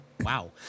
wow